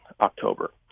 october